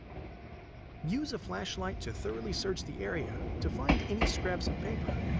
use a flashlight to thoroughly search the area to find any scraps of paper.